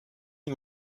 une